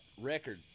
record